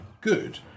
good